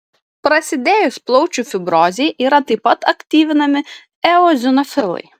prasidėjus plaučių fibrozei yra taip pat aktyvinami eozinofilai